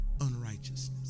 unrighteousness